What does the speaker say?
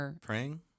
Praying